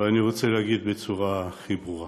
אבל אני רוצה להגיד בצורה הכי ברורה,